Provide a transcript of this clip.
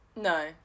No